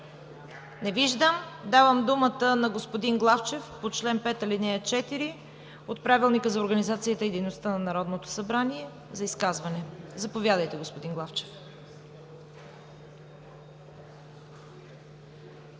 Не виждам. Давам думата на господин Главчев по чл. 5, ал. 4 от Правилника за организацията и дейността на Народното събрание за изказване. Заповядайте. ДИМИТЪР ГЛАВЧЕВ